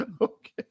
okay